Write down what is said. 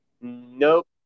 Nope